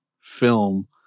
film